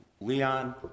Leon